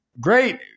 great